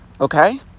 Okay